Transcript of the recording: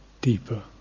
deeper